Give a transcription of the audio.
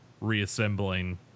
reassembling